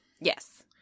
Yes